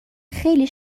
خیلی